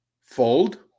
Fold